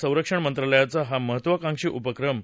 संरक्षण मंत्रालयाचा हा महत्वाकांक्षी उपक्रम आहे